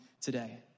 today